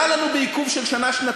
עלה לנו בעיכוב של שנה-שנתיים,